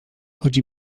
chodzi